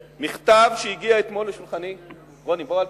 לא, אדוני.